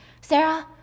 Sarah